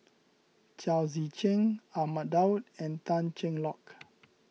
Chao Tzee Cheng Ahmad Daud and Tan Cheng Lock